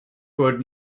would